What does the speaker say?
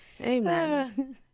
Amen